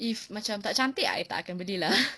if macam tak cantik I tak akan beli lah